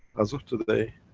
as of today,